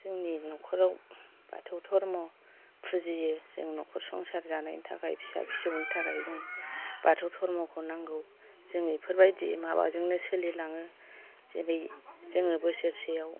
जोंनि न'खराव बाथौ धर्म फुजियो जों न'खर संसार जानायनि थाखाय फिसा फिसौनि थाखाय बाथौ धर्मखौ नांगौ जों बेफोरबायदि माबाजोंनो सोलिलाङो जेरै जोङो बोसोरसेयाव